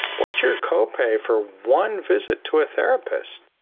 what's your copay for one visit to a therapist?